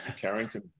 Carrington